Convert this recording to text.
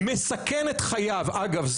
מסכן את חייו אגב,